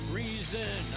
reason